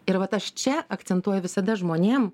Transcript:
ir vat aš čia akcentuoju visada žmonėm